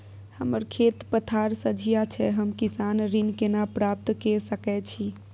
हमर खेत पथार सझिया छै हम किसान ऋण केना प्राप्त के सकै छी?